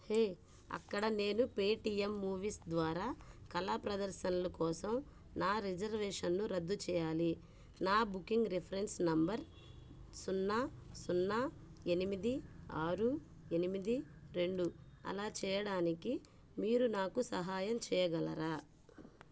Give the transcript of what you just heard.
హే అక్కడ నేను Paytm movies ద్వారా కళా ప్రదర్శనలు కోసం నా రిజర్వేషన్ను రద్దు చేయాలి నా బుకింగ్ రిఫరెన్స్ నెంబర్ సున్నా సున్నా ఎనిమిది ఆరు ఎనిమిది రెండు అలా చేయడానికి మీరు నాకు సహాయం చేయగలరా